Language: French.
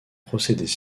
procédés